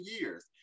years